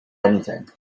anything